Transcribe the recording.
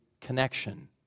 connection